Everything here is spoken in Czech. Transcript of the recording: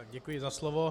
Děkuji za slovo.